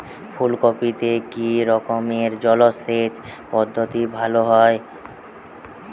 ফুলকপিতে কি রকমের জলসেচ পদ্ধতি ভালো হয়?